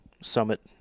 summit